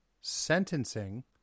sentencing